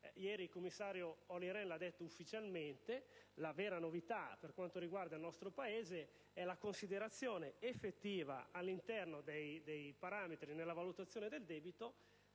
il commissario Olli Rehn ha detto ufficialmente che la vera novità per quanto riguarda il nostro Paese è la considerazione effettiva, all'interno dei parametri di valutazione del debito,